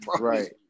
Right